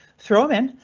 throw in,